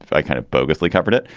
i kind of bogalay covered it,